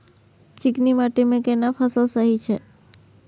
चिकनी माटी मे केना फसल सही छै?